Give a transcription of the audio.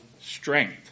strength